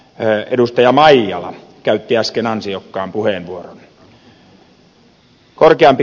tästä edustaja maijala käytti äsken ansiokkaan puheenvuoron